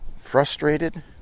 frustrated